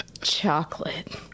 chocolate